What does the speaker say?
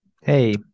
hey